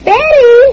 Betty